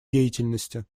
деятельности